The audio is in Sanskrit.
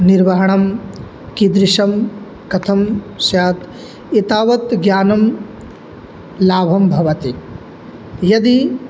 निर्वहणं कीदृशं कथं स्यात् एतावत् ज्ञानलाभं भवति यदि